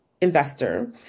investor